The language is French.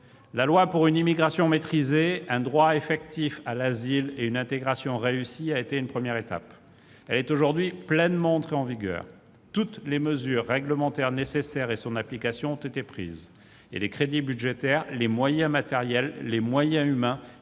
La loi pour une immigration maîtrisée, un droit d'asile effectif et une intégration réussie a été une première étape. Elle est aujourd'hui pleinement entrée en vigueur. Toutes les mesures réglementaires nécessaires à son application ont été prises et les crédits budgétaires, les moyens matériels, humains